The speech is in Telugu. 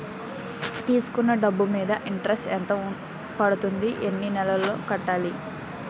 తీసుకున్న డబ్బు మీద ఇంట్రెస్ట్ ఎంత పడుతుంది? ఎన్ని నెలలో కట్టాలి?